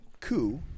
coup